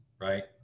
right